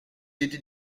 était